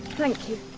thank you.